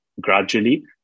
gradually